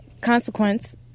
Consequence